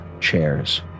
chairs